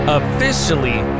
officially